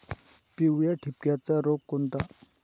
पिवळ्या ठिपक्याचा रोग कोणता?